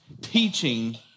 teaching